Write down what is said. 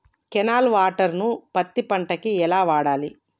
Canal water ను పత్తి పంట కి ఎలా వాడాలి?